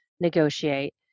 negotiate